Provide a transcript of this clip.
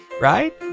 right